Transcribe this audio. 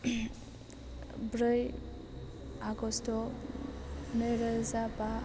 ब्रै आगस्त नैरोजा बा